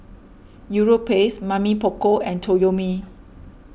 Europace Mamy Poko and Toyomi